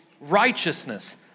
righteousness